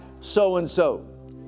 so-and-so